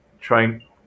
Trying